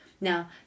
Now